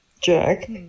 Jack